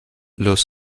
los